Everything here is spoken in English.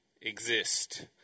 exist